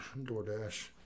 DoorDash